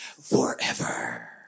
forever